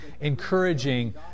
encouraging